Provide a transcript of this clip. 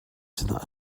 sinah